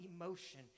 emotion